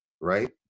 right